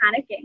panicking